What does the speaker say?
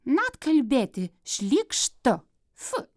net kalbėti šlykštu fu